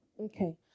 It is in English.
Okay